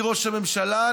ראש הממשלה,